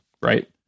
right